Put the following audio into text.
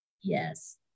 yes